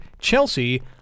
Chelsea